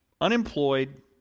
unemployed